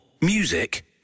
music